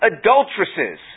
adulteresses